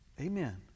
Amen